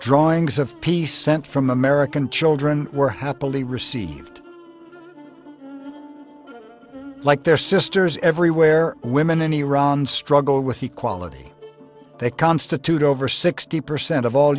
drawings of peace sent from american children were happily received like their sisters everywhere women in iran struggle with equality they constitute over sixty percent of all